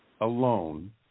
alone